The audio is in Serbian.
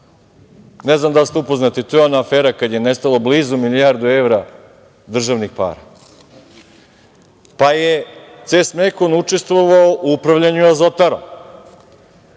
Ne znam da li ste upoznati, to je ona afera kad je nestalo blizu milijardu evra državnih para. Pa je „Ces Mekon“ učestvovao u upravljanju Azotarom.